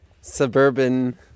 suburban